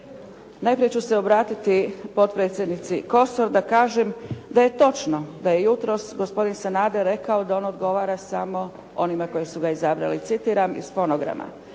Najprije ću se obratiti potpredsjednici Kosor da kažem da je točno da je jutros gospodin Sanader rekao da on odgovara samo onima koji su ga izabrali, citiram iz fonograma.